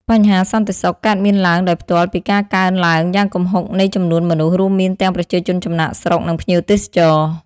បញ្ហាសន្តិសុខ កើតមានឡើងដោយផ្ទាល់ពីការកើនឡើងយ៉ាងគំហុកនៃចំនួនមនុស្ស រួមមានទាំងប្រជាជនចំណាកស្រុក និងភ្ញៀវទេសចរ។